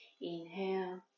Inhale